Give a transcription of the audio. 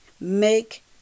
make